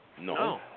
No